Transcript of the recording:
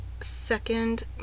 second